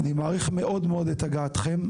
אני מעריך מאוד את הגעתכם,